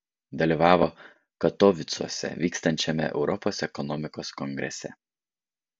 dalyvavo katovicuose vykstančiame europos ekonomikos kongrese